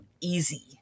easy